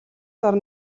дор